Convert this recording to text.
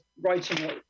writing